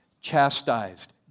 chastised